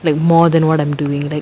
like more than what I'm doing like